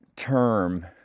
term